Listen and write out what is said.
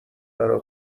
برا